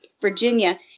Virginia